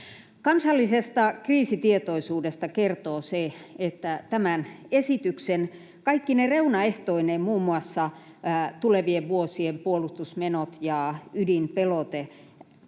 Kansallisesta kriisitietoisuudesta kertoo se, että tämän esityksen kaikkine reunaehtoineen — muun muassa tulevien vuosien puolustusmenot ja ydinpelote